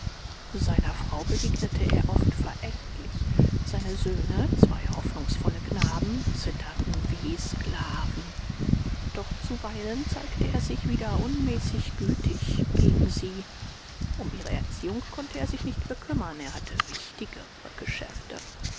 seiner frau begegnete er oft verächtlich seine söhne zwei hoffnungsvolle knaben zitterten wie sklaven doch zuweilen zeigte er sich wieder unmäßig gütig gegen sie um ihre erziehung konnte er sich nicht bekümmern er hatte wichtigere geschäfte